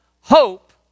hope